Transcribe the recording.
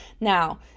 Now